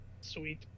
Sweet